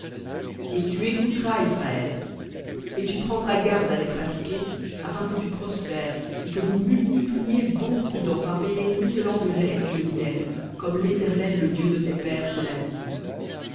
et tu écouteras israël et tu prendras garde à les pratiquer afin que tu prospères et que vous multipliiez beaucoup dans un pays ruisselant de lait et de miel comme l'éternel le dieu de tes pères te l'a dit